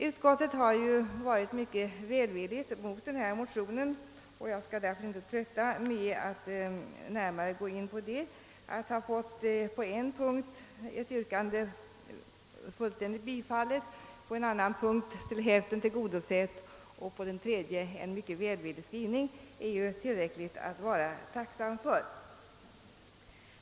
Utskottet har varit mycket välvilligt imot detta motionspar, och jag skall därför inte trötta med någon detaljgenomgång. Att ha fått på en punkt ett yrkande helt tillstyrkt, på en annan ett önskemål till hälften tillgodosett och på en tredje en mycket välvillig skrivning är tillräckligt att vara tacksam för.